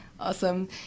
Awesome